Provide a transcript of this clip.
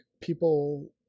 people